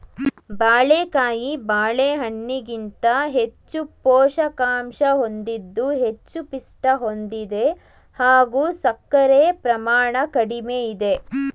ಬಾಳೆಕಾಯಿ ಬಾಳೆಹಣ್ಣಿಗಿಂತ ಹೆಚ್ಚು ಪೋಷಕಾಂಶ ಹೊಂದಿದ್ದು ಹೆಚ್ಚು ಪಿಷ್ಟ ಹೊಂದಿದೆ ಹಾಗೂ ಸಕ್ಕರೆ ಪ್ರಮಾಣ ಕಡಿಮೆ ಇದೆ